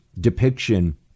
depiction